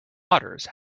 otters